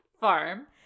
Farm